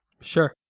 Sure